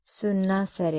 0 సరే